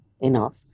enough